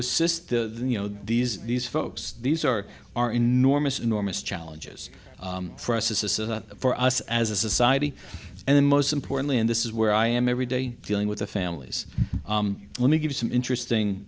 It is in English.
assist the you know these these folks these are our enormous enormous challenges for us this is for us as a society and then most importantly and this is where i am every day dealing with the families let me give you some interesting